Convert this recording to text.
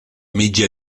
mitja